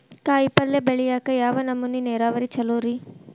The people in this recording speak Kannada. ಕಾಯಿಪಲ್ಯ ಬೆಳಿಯಾಕ ಯಾವ ನಮೂನಿ ನೇರಾವರಿ ಛಲೋ ರಿ?